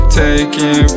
taking